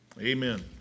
Amen